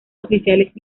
oficiales